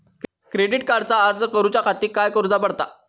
Credit कार्डचो अर्ज करुच्या खातीर काय करूचा पडता?